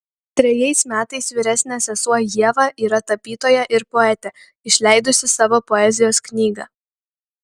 trejais metais vyresnė sesuo ieva yra tapytoja ir poetė išleidusi savo poezijos knygą